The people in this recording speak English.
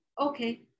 okay